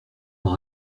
par